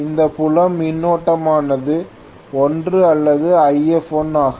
இந்த புலம் மின்னோட்டமானது ஒன்று அல்லது If1 ஆகும்